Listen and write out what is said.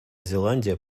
зеландия